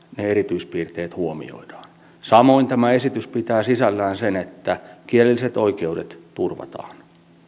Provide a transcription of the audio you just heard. ne erityispiirteet huomioidaan samoin tämä esitys pitää sisällään sen että kielelliset oikeudet turvataan